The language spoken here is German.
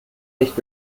nicht